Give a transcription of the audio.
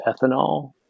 ethanol